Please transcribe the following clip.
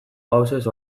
gauzez